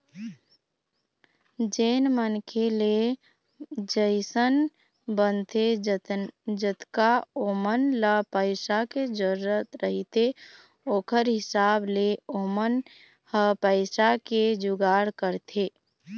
जेन मनखे ले जइसन बनथे जतका ओमन ल पइसा के जरुरत रहिथे ओखर हिसाब ले ओमन ह पइसा के जुगाड़ करथे